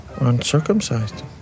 Uncircumcised